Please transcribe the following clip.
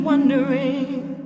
Wondering